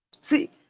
see